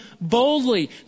boldly